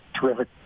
terrific